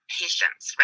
patience